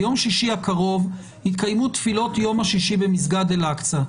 ביום שישי הקרוב יתקיימו תפילות יום השישי במסגד אל אקצה,